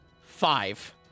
five